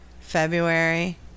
February